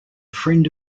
friend